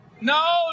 No